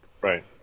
Right